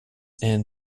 and